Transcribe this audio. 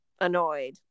annoyed